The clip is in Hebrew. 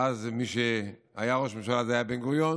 ואז מי שהיה ראש הממשלה זה היה בן-גוריון,